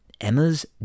Emma's